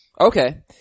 Okay